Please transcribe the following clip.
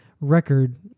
record